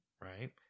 right